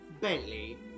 Bentley